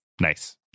Nice